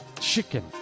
chicken